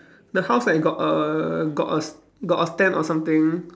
the house like got a got a s~ got a stand or something